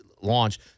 launch